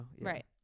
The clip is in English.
Right